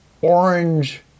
orange